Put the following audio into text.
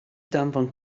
danfon